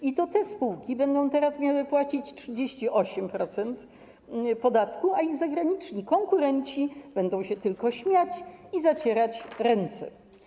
I to te spółki będą teraz miały płacić 38% podatku, a ich zagraniczni konkurenci będą się tylko śmiać i zacierać ręce.